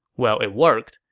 well, it worked.